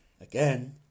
again